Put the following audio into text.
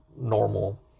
normal